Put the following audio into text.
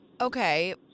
okay